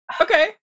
Okay